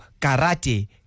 karate